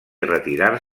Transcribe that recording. retirar